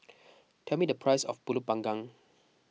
tell me the price of Pulut Panggang